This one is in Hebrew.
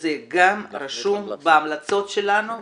שזה גם יהיה רשום בהמלצות שלנו,